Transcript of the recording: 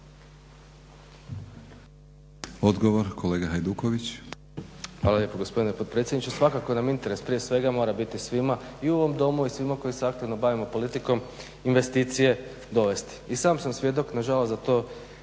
Odgovor, kolega Hajduković.